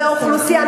לאוכלוסייה.